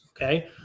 okay